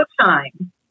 time